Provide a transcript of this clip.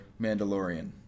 Mandalorian